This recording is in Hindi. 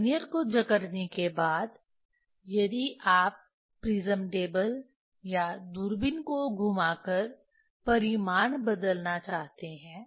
वर्नियर को जकड़ने के बाद यदि आप प्रिज्म टेबल या दूरबीन को घुमा कर परिमाण बदलना चाहते हैं